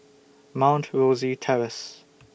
Mount Rosie Terrace